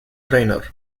trainer